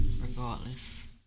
regardless